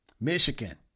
Michigan